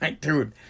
Dude